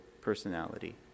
personality